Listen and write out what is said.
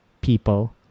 people